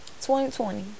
2020